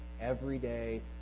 everyday